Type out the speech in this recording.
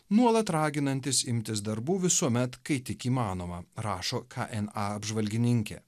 nuolat raginantis imtis darbų visuomet kai tik įmanoma rašo kna apžvalgininkė